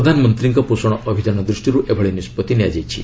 ପ୍ରଧାନମନ୍ତ୍ରୀଙ୍କ ପୋଷଣ ଅଭିଯାନ ଦୂଷ୍ଟିରୁ ଏଭଳି ନିଷ୍ପଭି ନିଆଯାଇଛି